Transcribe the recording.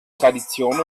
tradition